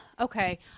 Okay